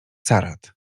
carat